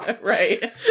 Right